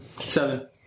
Seven